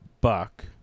buck